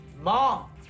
Mom